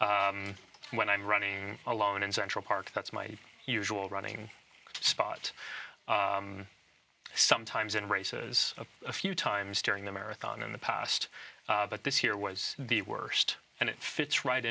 when i'm running alone in central park that's my usual running spot sometimes in races of a few times during the marathon in the past but this year was the worst and it fits right